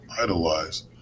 idolize